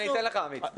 רגע, אני אתן לך, עמית.